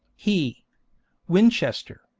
he winchester,